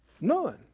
None